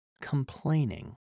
complaining